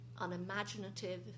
unimaginative